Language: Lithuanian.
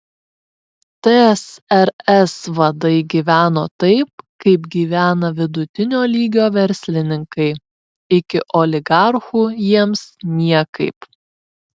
tsrs vadai gyveno taip kaip gyvena vidutinio lygio verslininkai iki oligarchų jiems niekaip